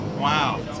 Wow